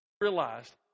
Realized